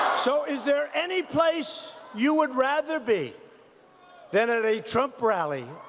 so is there anyplace you would rather be than at a trump rally,